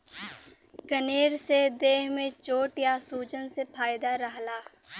कनेर से देह में चोट या सूजन से फायदा रहला